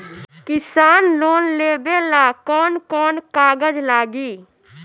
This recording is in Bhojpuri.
किसान लोन लेबे ला कौन कौन कागज लागि?